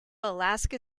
alaska